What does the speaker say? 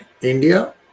India